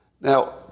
Now